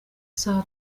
saha